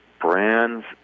brands